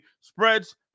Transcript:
spreads